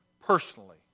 personally